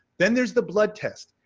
them there's the blood test.